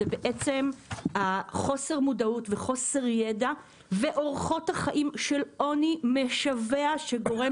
זה בעצם חוסר המודעות וחוסר ידע ואורחות החיים של עוני משווע וגורם